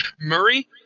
Murray